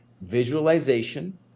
visualization